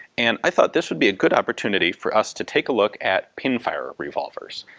and i thought this would be a good opportunity for us to take a look at pinfire revolvers,